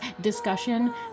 discussion